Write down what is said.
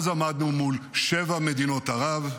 אז עמדנו מול שבע מדינות ערב,